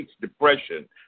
depression